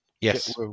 Yes